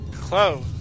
close